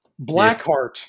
Blackheart